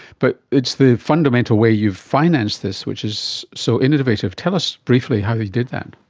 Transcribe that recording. but it's the fundamental way you financed this which is so innovative. tell us briefly how you did that.